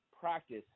practice